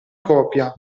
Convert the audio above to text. copia